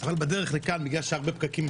אבל איחרתי בגלל הפקקים,